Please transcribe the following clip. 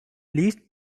least